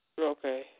Okay